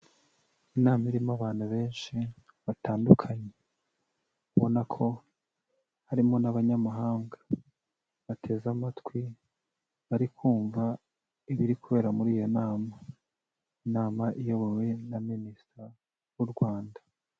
Inama irimo abantu benshi batandukanye. Ubona ko harimo n'abanyamahanga. Bateze amatwi, bari kumva ibiri kubera muri iyo nama. Inama iyobowe na Minister w'u Rwanda.